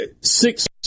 six